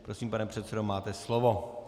Prosím, pane předsedo, máte slovo.